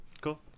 Cool